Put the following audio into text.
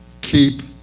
keep